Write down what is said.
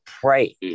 pray